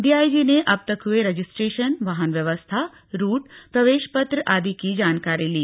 DIG ने अब तक हए रजिस्ट्रेशन वाहन व्यवस्था रूट प्रवेश पत्र आदि की जानकारी ली